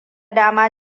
dama